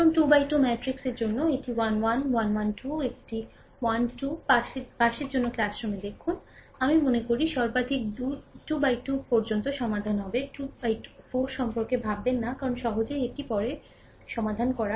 ধরুন 2 বাই 2 ম্যাট্রিক্সের জন্য এটি 1 1 1 1 2 একটি 1 2 পাসের জন্য ক্লাসরুমে দেখুন আমি মনে করি সর্বাধিক 2 থেকে 2 পর্যন্ত সমাধান হবে 2 থেকে 4 সম্পর্কে ভাবেন না কারণ সহজেই এটি পারে সমাধান করা